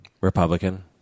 Republican